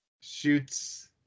shoots